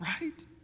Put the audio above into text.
right